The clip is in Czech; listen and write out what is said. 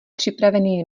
připravený